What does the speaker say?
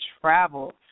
travel